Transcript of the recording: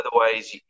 otherwise